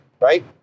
right